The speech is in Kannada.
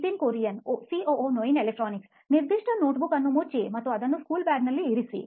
ನಿತಿನ್ ಕುರಿಯನ್ ಸಿಒಒ ನೋಯಿನ್ ಎಲೆಕ್ಟ್ರಾನಿಕ್ಸ್ ನಿರ್ದಿಷ್ಟ ನೋಟ್ಬುಕ್ ಅನ್ನು ಮುಚ್ಚಿ ಮತ್ತು ಅದನ್ನು ಸ್ಕೂಲ್ ಬ್ಯಾಗ್ ನಲ್ಲಿ ಇರಿಸಿ